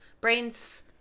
brains